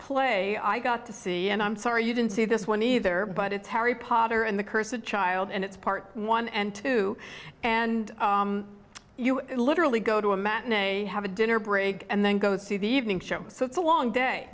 play i got to see and i'm sorry you didn't see this one either but it's harry potter and the curse of child and it's part one and two and you literally go to a matinee have a dinner break and then go see the evening show so it's a long day